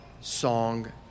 song